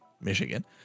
Michigan